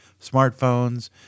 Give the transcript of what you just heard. smartphones